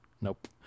Nope